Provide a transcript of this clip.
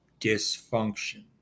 dysfunction